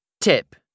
Tip